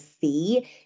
see